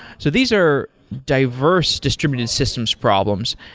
so these are diverse distributed systems problems.